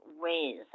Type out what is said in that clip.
ways